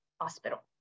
hospital